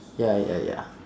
ya ya ya